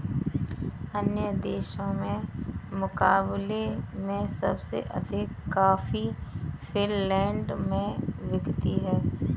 अन्य देशों के मुकाबले में सबसे अधिक कॉफी फिनलैंड में बिकती है